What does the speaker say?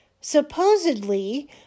supposedly